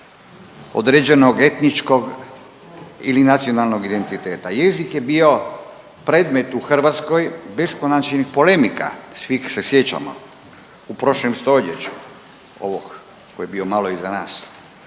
određenog etničkog ili nacionalnog identiteta. Jezik je bio predmet u Hrvatskoj beskonačnih polemika svih, se sjećamo, u prošlom stoljeću, ovog koji je bio malo iza nas?